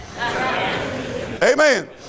Amen